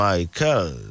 Michael